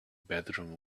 bedroom